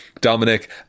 Dominic